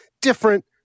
different